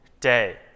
day